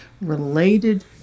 related